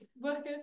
workers